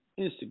Instagram